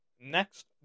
Next